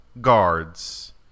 guards